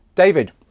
David